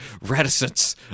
reticence